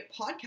podcast